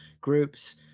groups